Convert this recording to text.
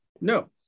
no